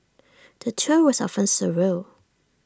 the tour was often surreal